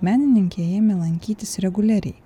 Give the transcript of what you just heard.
menininkė ėmė lankytis reguliariai